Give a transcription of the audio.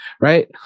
right